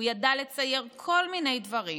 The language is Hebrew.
הוא ידע לצייר כל מיני דברים: